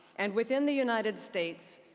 and, within the united states,